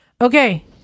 okay